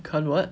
can't [what]